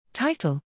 Title